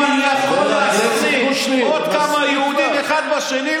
אם אני יכול להשניא עוד כמה יהודים אחד על השני,